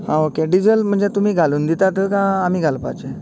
हा हा okay diesel म्हळ्यार तुमी घालून दितात कांय आमी घालपाचें